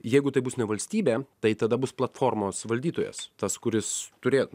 jeigu tai bus ne valstybė tai tada bus platformos valdytojas tas kuris turėtų